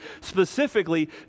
specifically